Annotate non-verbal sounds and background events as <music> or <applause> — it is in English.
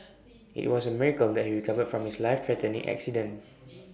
<noise> IT was A miracle that he recovered from his life threatening accident <noise>